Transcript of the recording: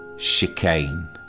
chicane